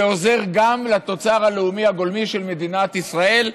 זה עוזר גם לתוצר הלאומי הגולמי של מדינת ישראל,